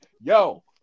yo